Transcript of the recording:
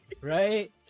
right